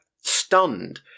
stunned